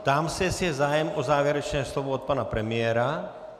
Ptám se, jestli je zájem o závěrečné slovo od pana premiéra.